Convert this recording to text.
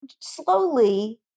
slowly